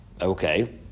Okay